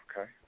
okay